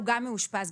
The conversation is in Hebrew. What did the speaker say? הוא גם מאושפז בפגייה.